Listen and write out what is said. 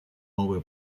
новые